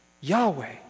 Yahweh